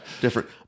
Different